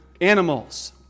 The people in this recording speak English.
animals